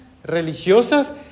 ¿Religiosas